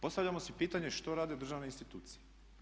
Postavljamo si pitanje što rade državne institucije?